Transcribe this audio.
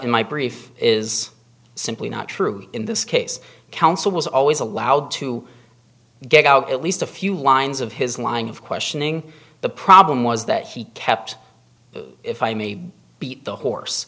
brief is simply not true in this case counsel was always allowed to get out at least a few lines of his line of questioning the problem was that he kept if i may be the horse